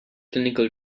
clinical